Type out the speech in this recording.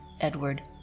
Edward